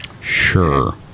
Sure